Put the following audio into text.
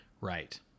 Right